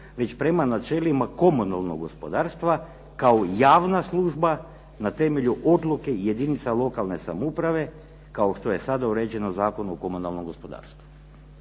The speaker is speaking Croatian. već prema načelima komunalnog gospodarstva kao javna služba na temelju odluke i jedinica lokalne samouprave kao što je sada uređeno u Zakonu o komunalnom gospodarstvu.